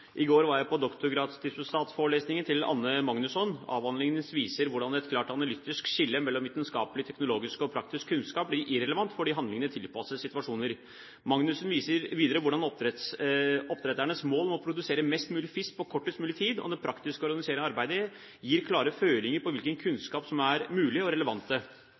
I går var jeg på doktorgradsdisputasforelesningen til Anne Magnussøn. Avhandlingen hennes viser hvordan et klart analytisk skille mellom vitenskapelig, teknologisk og praktisk kunnskap blir irrelevant fordi handlingene tilpasses situasjoner. Magnussøn viser videre hvordan oppdretternes mål om å produsere mest mulig fisk på kortest mulig tid og den praktiske organiseringen av arbeidet gir klare føringer på hvilken kunnskap som er mulig og